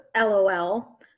lol